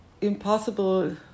impossible